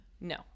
No